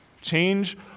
change